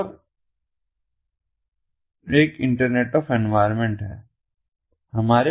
एक और internet of environment Internet of environment पर्यावरण है